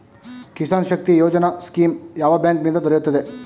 Kisan Shakti Yojana scheme ಯಾವ bank ನಿಂದ ದೊರೆಯುತ್ತದೆ?